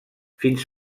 fins